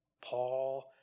Paul